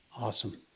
Awesome